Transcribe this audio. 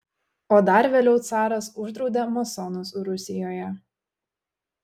o dar vėliau caras uždraudė masonus rusijoje